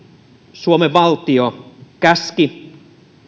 suomen valtio käski